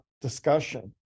discussion